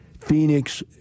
Phoenix